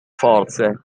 forze